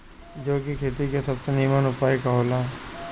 जौ के खेती के सबसे नीमन उपाय का हो ला?